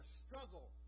struggle